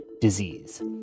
disease